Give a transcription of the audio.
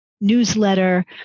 newsletter